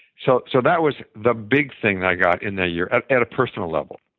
so so that was the big thing i got in that year, at at a personal level.